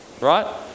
Right